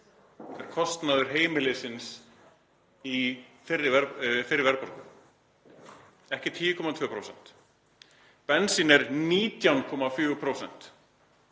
Það er kostnaður heimilisins í þeirri verðbólgu, ekki 10,2%. Bensín er 19,4%